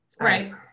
Right